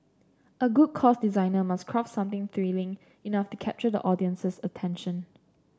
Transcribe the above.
a good course designer must craft something thrilling enough to capture the audience's attention